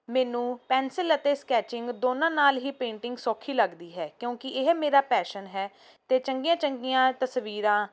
ਮੈਨੂੰ ਪੈਨਸਲ ਅਤੇ ਸਕੈਚਿੰਗ ਦੋਨਾਂ ਨਾਲ ਹੀ ਪੇਂਟਿੰਗ ਸੌਖੀ ਲੱਗਦੀ ਹੈ ਕਿਉਂਕਿ ਇਹ ਮੇਰਾ ਪੈਸ਼ਨ ਹੈ ਅਤੇ ਚੰਗੀਆਂ ਚੰਗੀਆਂ ਤਸਵੀਰਾਂ